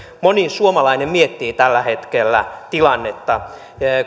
moni suomalainen miettii tällä hetkellä tilannetta